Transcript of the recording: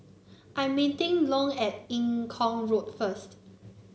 I'm meeting Long at Eng Kong Road first